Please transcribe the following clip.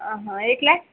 A class